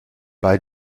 bei